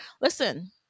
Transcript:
Listen